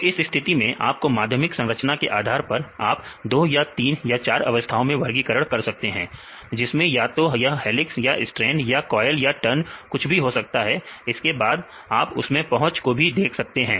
तो इस स्थिति में आपके माध्यमिक संरचना के आधार पर आप दो या तीन या चार अवस्थाओं में वर्गीकरण कर सकते हैं जिसमें या तो यह हेलिक्स या स्ट्रैंड या क्वायल या टर्न कुछ भी हो सकता है इसके बाद आप उसमें पहुंच भी देख सकते हैं